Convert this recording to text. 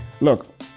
Look